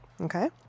okay